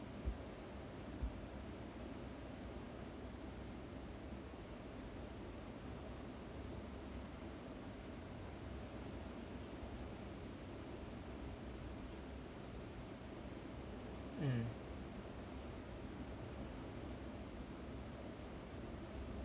mm